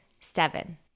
seven